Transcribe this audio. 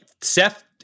Seth